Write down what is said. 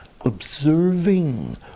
observing